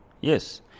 yes